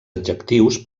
adjectius